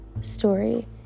story